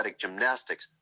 gymnastics